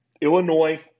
Illinois